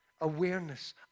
awareness